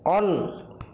on